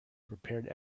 prepared